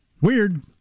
Weird